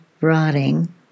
rotting